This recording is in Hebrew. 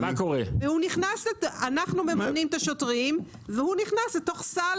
אנחנו ממנים את השוטרים והוא נכנס לתוך סל